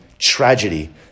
tragedy